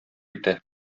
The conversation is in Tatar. ите